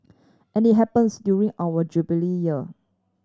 and it happens during our Jubilee Year